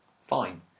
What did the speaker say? fine